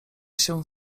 się